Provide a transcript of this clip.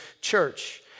church